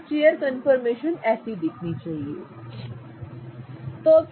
तो chair confirmation ऐसे दिखनी चाहिए ठीक है